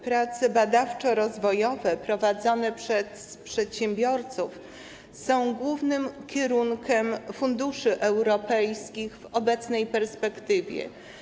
Prace badawczo-rozwojowe prowadzone przez przedsiębiorców są głównym kierunkiem funduszy europejskich w obecnej perspektywie.